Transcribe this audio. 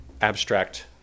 abstract